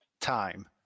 time